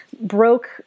broke